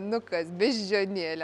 nu kas beždžionėlė